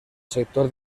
sector